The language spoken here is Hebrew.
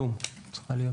שלה.